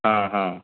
हाँ हाँ